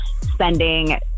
spending